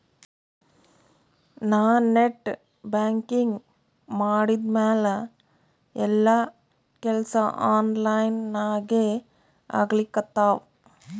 ನಾ net banking ಮಾಡಿದ್ಮ್ಯಾಲ ಎಲ್ಲಾ ಕೆಲ್ಸಾ ಆನ್ಲೈನಾಗೇ ಆಗ್ಲಿಕತ್ತಾವ